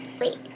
wait